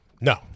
No